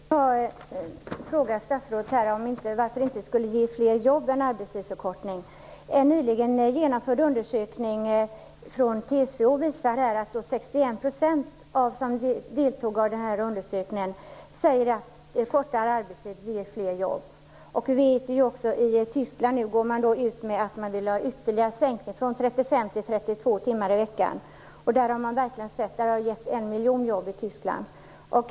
Herr talman! Jag vill då fråga statsrådet varför en arbetstidsförkortning inte skulle ge fler jobb. En nyligen genomförd undersökning från TCO visar att 61 % av dem som deltog i den här undersökningen säger att kortare arbetstid ger fler jobb. I Tyskland går man nu ut med att man vill ha en ytterligare sänkning av arbetstiden, från 35 till 32 timmar i veckan. Där har man verkligen sett resultat: Arbetstidsförkortningen har givit en miljon jobb i Tyskland.